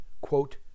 quote